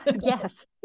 Yes